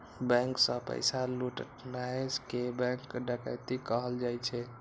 bank सं पैसा लुटनाय कें बैंक डकैती कहल जाइ छै